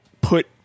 put